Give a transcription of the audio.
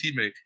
teammate